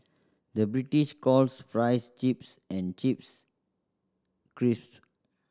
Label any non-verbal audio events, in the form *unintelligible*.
the British calls fries chips and chips *unintelligible*